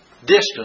distance